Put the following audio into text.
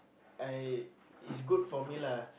I it's good for me lah